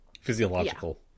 Physiological